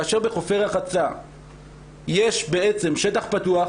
כאשר בחופי רחצה יש בעצם שטח פתוח.